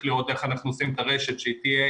לראות איך אנחנו נותנים את הרשת שהיא תהיה